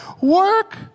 work